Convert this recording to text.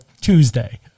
Tuesday